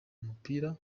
mupira